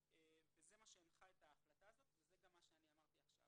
וזה מה שהנחה את ההחלטה הזו וזה גם מה שאני אמרתי עכשיו.